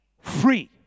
free